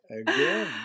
Again